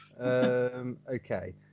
Okay